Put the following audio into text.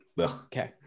Okay